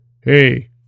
Hey